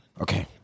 Okay